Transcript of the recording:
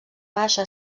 baixa